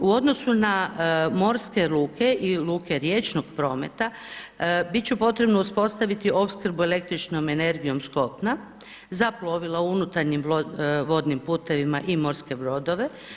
U odnosu na morske luke i luke riječnog prometa bit će potrebno uspostaviti opskrbu električnom energijom s kopna za plovila u unutarnjim vodnim putevima i morske brodove.